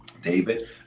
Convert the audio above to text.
David